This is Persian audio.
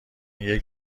این